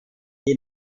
den